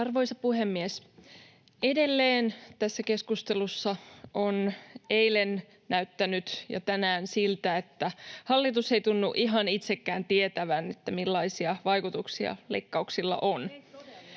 Arvoisa puhemies! Edelleen tässä keskustelussa on eilen ja tänään näyttänyt siltä, että hallitus ei tunnu ihan itsekään tietävän, millaisia vaikutuksia leikkauksilla on.